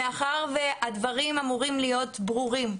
מאחר והדברים אמורים להיות ברורים.